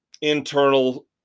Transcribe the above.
internal